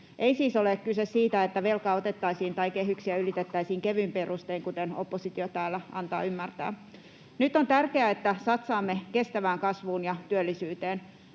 Ei siis ole kyse siitä, että velkaa otettaisiin tai kehyksiä ylitettäisiin kevyin perustein, kuten oppositio täällä antaa ymmärtää. Nyt on tärkeää, että satsaamme kestävään kasvuun ja työllisyyteen.